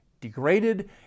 degraded